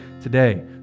today